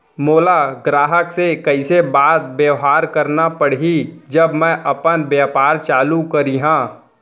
मोला ग्राहक से कइसे बात बेवहार करना पड़ही जब मैं अपन व्यापार चालू करिहा?